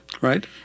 right